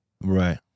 right